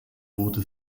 wurde